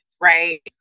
Right